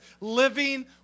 Living